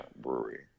Brewery